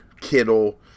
Kittle